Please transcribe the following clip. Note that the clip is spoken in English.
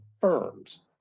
firms